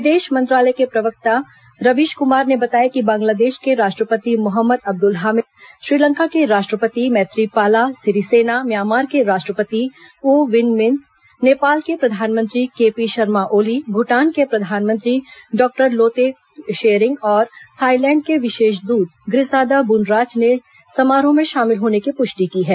विदेश मंत्रालय के प्रवक्ता रवीश क्मार ने बताया कि बांग्लादेश के राष्ट्रपति मोहम्मद अब्द्रल हामिद श्रीलंका के राष्ट्रपति मैत्रीपाला सिरिसेना म्यामार के राष्ट्रपति ऊ विन मिंत नेपाल के प्रधानमंत्री केपी शर्मा ओली भूटान के प्रधानमंत्री डॉक्टर लोते त्शेरिंग और थाईलैंड के विशेष द्रत ग्रिसादा बूनराच ने समारोह में शामिल होने की पुष्टि की है